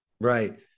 right